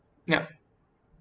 yup